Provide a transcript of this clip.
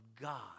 God